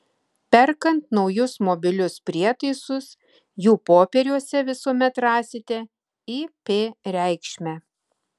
perkant naujus mobilius prietaisus jų popieriuose visuomet rasite ip reikšmę